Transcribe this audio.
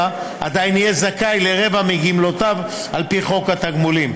עדיין יהיה זכאי לרבע מגמלאותיו על פי חוק התגמולים.